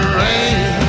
rain